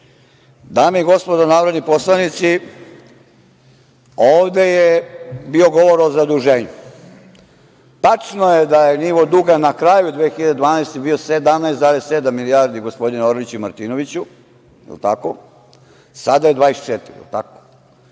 tome. Dame i gospodo narodni poslanici, ovde je bilo govora o zaduženju. Tačno je da je nivo duga na kraju 2012. godine bio 17,7 milijardi, gospodine Orliću i Martinoviću, a sada je 24.